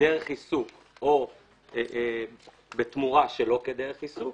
כדרך עיסוק או בתמורה שלא כדרך עיסוק,